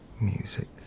music